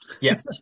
Yes